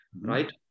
right